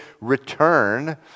return